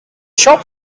shop